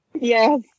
Yes